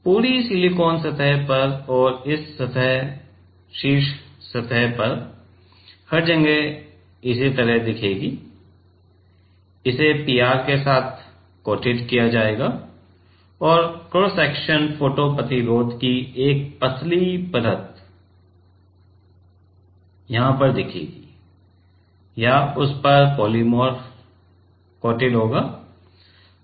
पूरी सिलिकॉन सतह पर और इस तरह शीर्ष सतह हर जगह इसी तरह दिखेगी इसे पीआर के साथ कोटेड किया जाएगा और क्रॉस सेक्शन फोटो प्रतिरोध की एक पतली परत की तरह दिखेगा या उस पर पोलीमर कोटेड होगा